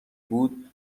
بود